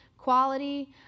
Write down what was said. quality